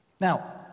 Now